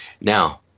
Now